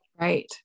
Right